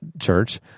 church